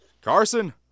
Carson